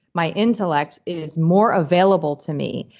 my intellect is more available to me.